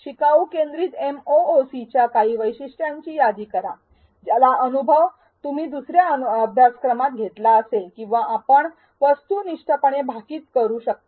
शिकाऊ केंद्रित एमओओसीच्या काही वैशिष्ट्यांची यादी करा ज्याचा अनुभव तुम्ही दुसर्या अभ्यासक्रमात घेतला असेल किंवा आपण वस्तुनिष्ठपणे भाकीत करू शकता